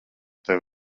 tev